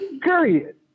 Period